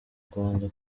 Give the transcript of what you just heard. rwanda